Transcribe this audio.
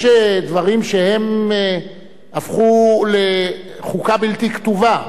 יש דברים שהפכו לחוקה בלתי כתובה.